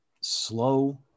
slow